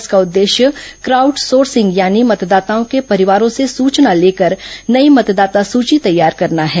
इसका उद्देश्य crowd sourcing यानी मतदाताओं के परिवारों से सुचना लेकर नई मतदाता सुची तैयार करना है